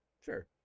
sure